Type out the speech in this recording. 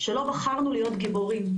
שלא בחרנו להיות גיבורים.